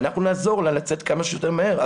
ואנחנו נעזור לה לצאת כמה שיותר מהר.